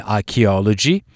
Archaeology